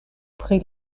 pri